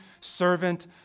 servant